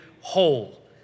whole